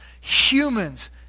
Humans